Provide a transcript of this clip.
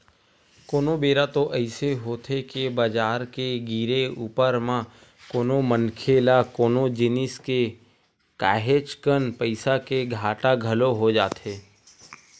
कोनो बेरा तो अइसे होथे के बजार के गिरे ऊपर म कोनो मनखे ल कोनो जिनिस के काहेच कन पइसा के घाटा घलो हो जाथे